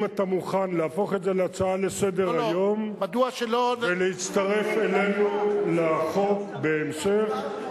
אם אתה מוכן להפוך את זה להצעה לסדר-היום ולהצטרף אלינו לחוק בהמשך,